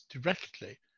directly